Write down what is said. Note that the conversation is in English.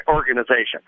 organization